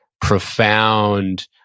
profound